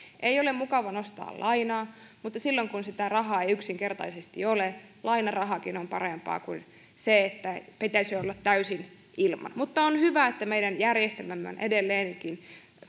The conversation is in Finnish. ei ole mukava nostaa lainaa mutta silloin kun sitä rahaa ei yksinkertaisesti ole lainarahakin on parempi kuin se että pitäisi olla täysin ilman mutta on hyvä että meidän järjestelmämme on edelleenkin